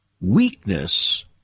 weakness